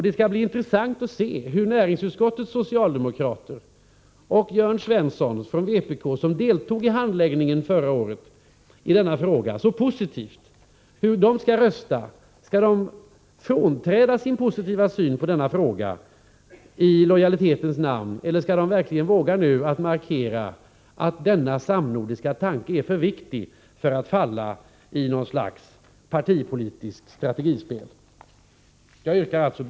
Det skall bli intressant att se hur näringsutskottets socialdemokrater och Jörn Svensson från vpk, som så positivt deltog i handläggningen av denna fråga förra året, skall rösta — skall de frånträda sin positiva syn i denna fråga i lojalitetens namn, eller skall de verkligen våga markera att denna samnordiska fråga är för viktig för att falla i något slags partipolitiskt strategispel? Fru talman!